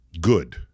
good